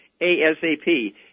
ASAP